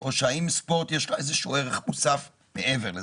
או האם ספורט, יש לו איזשהו ערך מוסף מעבר לזה?